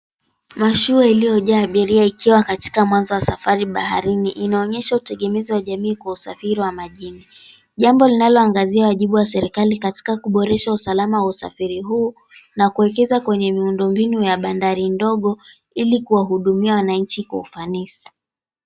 Mashua iliyojaa abiria ikiwa katika mwanzo wa safari baharini. Inaonyesha utegemezi wa jamii kwa usafiri wa majini. Jambo linaloangazia wajibu wa serikali katika kuboresha usalama wa usafiri huu, na kuwekeza kwenye miundombinu ya bandari ndogo, ili kuwahudumia wananchi kwa ufanisi.